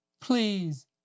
please